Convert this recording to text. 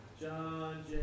John